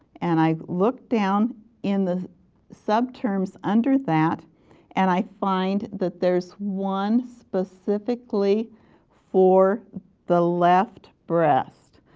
and i look down in the subterms under that and i find that there is one specifically for the left breast.